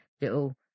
little